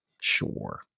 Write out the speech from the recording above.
Sure